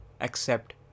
accept